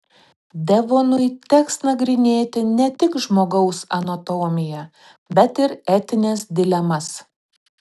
devonui teks nagrinėti ne tik žmogaus anatomiją bet ir etines dilemas